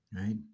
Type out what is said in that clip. right